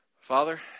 Father